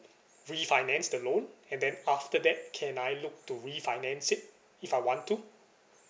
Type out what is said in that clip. refinance the loan and then after that can I look to refinance it if I want to